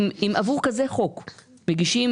מגישים